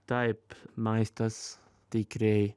taip maistas tikrai